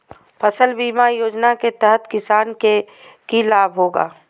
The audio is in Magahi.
फसल बीमा योजना के तहत किसान के की लाभ होगा?